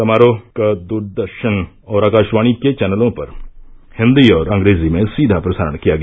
समारोह का दूरदर्शन और आकाशवाणी के चैनलों पर हिंदी और अंग्रेजी में सीधा प्रसारण किया गया